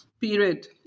period